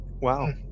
Wow